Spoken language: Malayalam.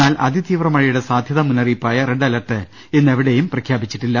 എന്നാൽ അതിതീവ്ര മഴയുടെ സാധ്യതാ മുന്നറി യിപ്പായ റെഡ് അലർട്ട് ഇന്ന് എവിടെയും പ്രഖ്യാപിച്ചിട്ടില്ല